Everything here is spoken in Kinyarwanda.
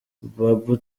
babu